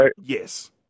Yes